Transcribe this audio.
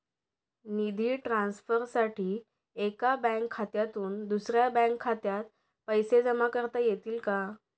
निधी ट्रान्सफरसाठी एका बँक खात्यातून दुसऱ्या बँक खात्यात पैसे जमा करता येतील का?